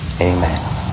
Amen